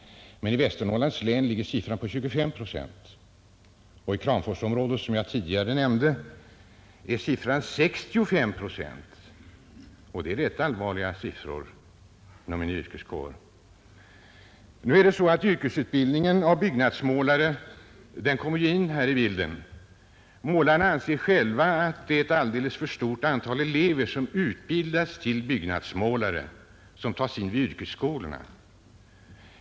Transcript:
Men i Västernorrlands län ligger arbetslösheten på 25 procent och i Kramforsområdet, som jag tidigare nämnde, är den 65 procent. Det är ganska allvarliga siffror inom en yrkeskår. Yrkesutbildningen av byggnadsmålare kommer här in i bilden. Målarna anser själva att ett alldeles för stort antal elever tas in vid yrkesskolorna för utbildning till byggnadsmålare.